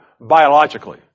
biologically